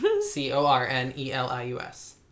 C-O-R-N-E-L-I-U-S